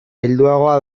helduagoa